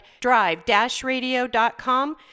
drive-radio.com